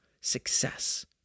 success